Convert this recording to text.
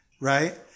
right